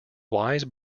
wise